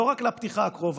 לא רק לפתיחה הקרובה,